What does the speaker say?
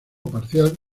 parcial